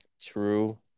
true